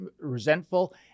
resentful